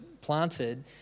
planted